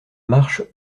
marche